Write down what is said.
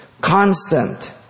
constant